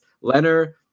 Leonard